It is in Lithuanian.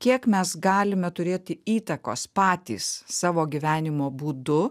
kiek mes galime turėti įtakos patys savo gyvenimo būdu